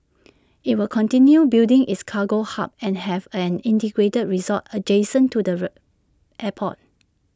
IT will continue building its cargo hub and have an integrated resort adjacent to the airport